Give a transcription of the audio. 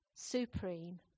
supreme